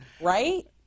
Right